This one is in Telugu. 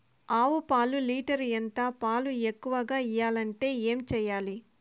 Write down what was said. ఆవు పాలు లీటర్ ఎంత? పాలు ఎక్కువగా ఇయ్యాలంటే ఏం చేయాలి?